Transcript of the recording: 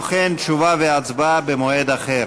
איך מפלגת העבודה נגד האזרחים?